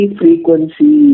frequency